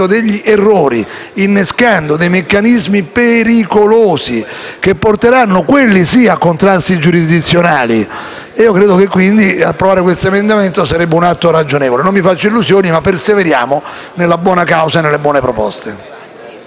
che porteranno - quelli sì - a contrasti giurisdizionali. Credo quindi che approvare l'emendamento in esame sarebbe un atto ragionevole: non mi faccio illusioni, ma perseveriamo nella buona causa e nelle buone proposte.